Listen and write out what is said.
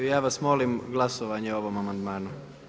Ja vas molim glasovanje o ovom amandmanu.